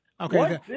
Okay